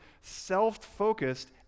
self-focused